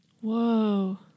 Whoa